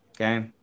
Okay